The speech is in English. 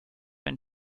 been